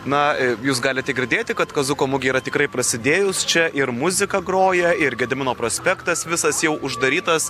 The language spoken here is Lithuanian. na jūs galite girdėti kad kaziuko mugė yra tikrai prasidėjus čia ir muzika groja ir gedimino prospektas visas jau uždarytas